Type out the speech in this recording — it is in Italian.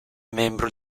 membro